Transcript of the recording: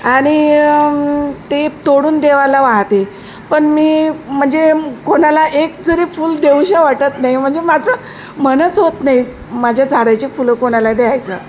आणि ते तोडून देवाला वाहते पण मी म्हणजे कोणाला एक जरी फुल देऊशा वाटत नाही म्हणजे माझं मनच होत नाही माझ्या झाडाची फुलं कोणाला द्यायचं